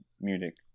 Munich